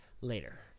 later